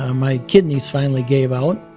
ah my kidneys finally gave out.